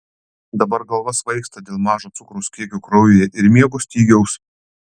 dabar galva svaigsta dėl mažo cukraus kiekio kraujyje ir miego stygiaus